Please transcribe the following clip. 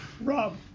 Rob